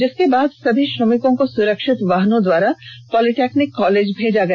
जिसके बाद सभी श्रमिको को सुरक्षित वाहनों के द्वारा पोलिटेक्निक कॉलेज भेजा गया